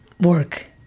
work